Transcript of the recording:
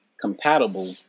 compatible